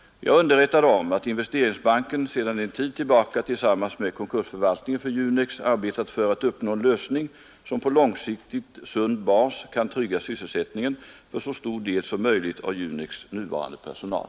Jag är underrättad om att investeringsbanken sedan en tid tillbaka tillsammans med konkursförvaltningen för Junex arbetat för att uppnå en lösning som på långsiktigt sund bas kan trygga sysselsättningen för så stor del som möjligt av Junex” nuvarande personal.